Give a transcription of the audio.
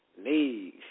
Leave